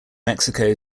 mexico